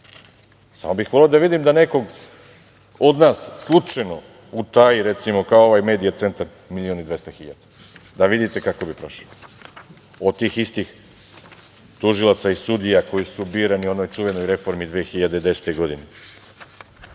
Samo bih voleo da vidim da neko od nas slučajno utaji recimo kao ovaj Medija centar milion i 200 hiljada da vidite kako bi prošli od tih istih tužilaca ili sudija koji su birani u onoj čuvenoj reformi iz 2010. godine. Možemo